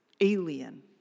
alien